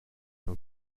nun